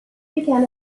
began